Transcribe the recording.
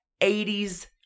80s